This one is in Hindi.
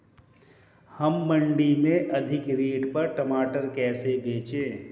हम मंडी में अधिक रेट पर टमाटर कैसे बेचें?